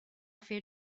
fer